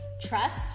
trust